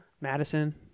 Madison